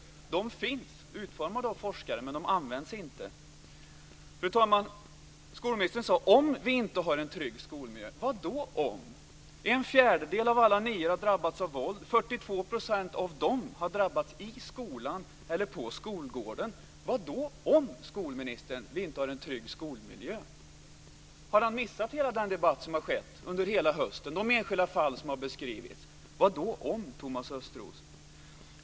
Programmen finns, utformade av forskare, men de används inte. Fru talman! Skolministern sade: "Om vi inte har en trygg skolmiljö ." Vad då "om"? En fjärdedel av alla nior har drabbats av våld. 42 % av dem har drabbats i skolan eller på skolgården. Vad då "om vi inte har en trygg skolmiljö", skolministern? Har skolministern missat debatten under hela hösten och de enskilda fall som har beskrivits? Vad då "om", Thomas Östros?